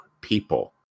people